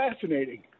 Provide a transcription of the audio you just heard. fascinating